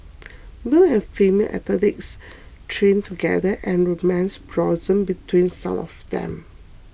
male and female athletes trained together and romance blossomed between some of them